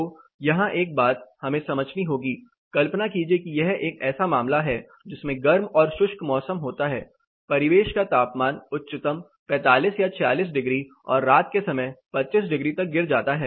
तो यहां एक बात हमें समझनी होगी कल्पना कीजिए कि यह एक ऐसा मामला है जिसमें गर्म और शुष्क मौसम होता है परिवेश का तापमान उच्चतम 45 या 46 डिग्री और रात के समय 25 डिग्री तक गिर जाता है